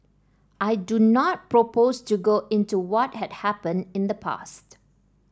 I do not propose to go into what had happened in the past